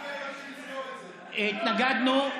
התנגדנו.